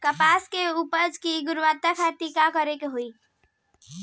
कपास के उपज की गुणवत्ता खातिर का करेके होई?